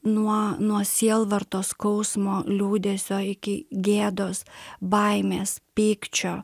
nuo nuo sielvarto skausmo liūdesio iki gėdos baimės pykčio